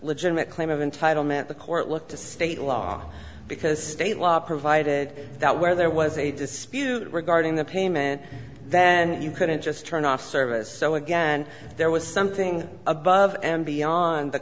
legitimate claim of entitlement the court look to state law because state law provided that where there was a dispute regarding the payment then you couldn't just turn off service so again there was something above and beyond the